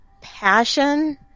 passion